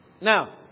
Now